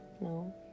No